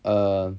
um